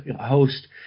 host